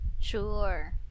Sure